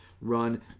run